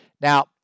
now